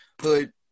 hood